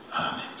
Amen